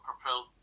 propelled